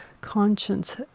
conscience